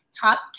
top